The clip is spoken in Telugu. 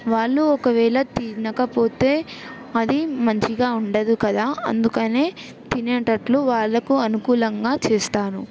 వాళ్ళు ఒకవేళ తినకపోతే అది మంచిగా ఉండదు కదా అందుకనే తినేటట్లు వాళ్ళకు అనుకూలంగా చేస్తాను